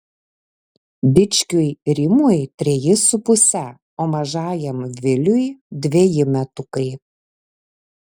dičkiui rimui treji su puse o mažajam viliui dveji metukai